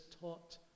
taught